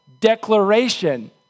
declaration